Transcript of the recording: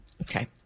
Okay